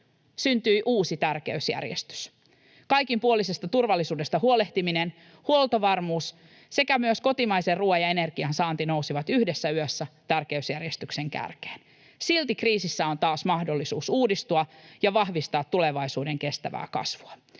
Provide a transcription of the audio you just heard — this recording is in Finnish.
Syntyi uusi tärkeysjärjestys. Kaikinpuolisesta turvallisuudesta huolehtiminen, huoltovarmuus sekä myös kotimaisen ruuan ja energian saanti nousivat yhdessä yössä tärkeysjärjestyksen kärkeen. Silti kriisissä on taas mahdollisuus uudistua ja vahvistaa tulevaisuuden kestävää kasvua.